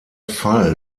fall